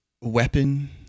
weapon